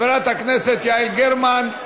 חברת הכנסת יעל גרמן,